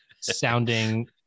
sounding